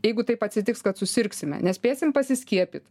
jeigu taip atsitiks kad susirgsime nespėsim pasiskiepyt